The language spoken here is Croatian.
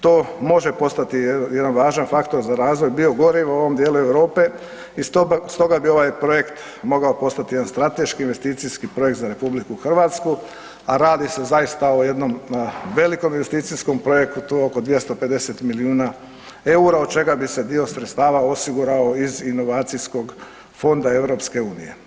To može postati jedan važan faktor za razvoj biogoriva u ovom dijelu Europe i stoga bi ovaj projekt mogao postati jedan strateški, investicijski projekt za RH, a radi se zaista o jednom velikom investicijskom projektu oko 250 milijuna EUR-a od čega bi se dio sredstava osigurao iz Inovacijskog fonda EU.